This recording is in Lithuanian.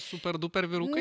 super duper vyrukai